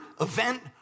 event